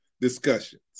discussions